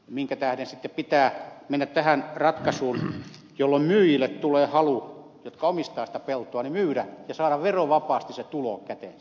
minkä tähden sitten pitää mennä tähän ratkaisuun jolloin myyjille jotka omistavat sitä peltoa tulee halu myydä ja saada verovapaasti se tulo käteensä